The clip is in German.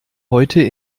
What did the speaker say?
heute